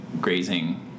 grazing